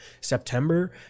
September